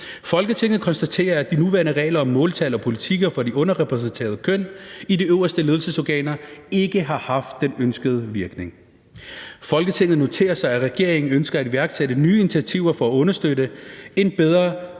Folketinget konstaterer, at de nuværende regler om måltal og politikker for det underrepræsenterede køn i de øverste ledelsesorganer ikke har haft den ønskede virkning. Folketinget noterer sig, at regeringen ønsker at iværksætte nye initiativer for at understøtte en bedre